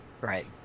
Right